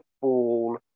fall